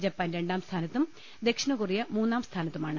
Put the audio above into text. Japan രണ്ടാം സ്ഥാനത്തും ദക്ഷിണകൊറിയ മൂന്നാംസ്ഥാനത്തുമാണ്